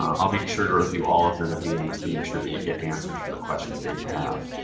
um i'll be sure to review all of them at the end to make sure that you get answers for the questions that you have.